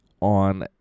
on